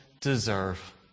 deserve